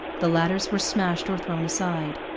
the ladders were smashed or thrown aside.